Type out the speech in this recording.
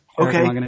Okay